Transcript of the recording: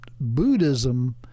Buddhism